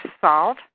salt